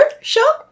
show